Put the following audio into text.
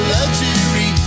Luxury